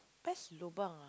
best lobang ah